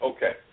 Okay